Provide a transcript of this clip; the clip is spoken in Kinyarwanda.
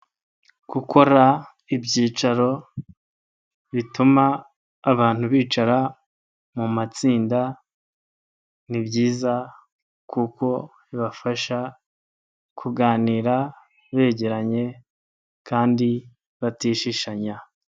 Gukora ibyicaro bituma abantu bicara mu matsinda ni byiza kuko bibafasha kuganira begeranye kandi batishishanya.